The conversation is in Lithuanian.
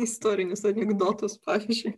istorinius anekdotus pavyzdžiui